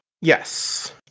Yes